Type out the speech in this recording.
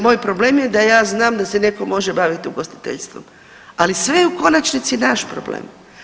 Moj problem je da ja znam da se neko može baviti ugostiteljstvom, ali sve je u konačnici naš problem.